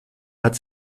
hat